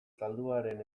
zalduaren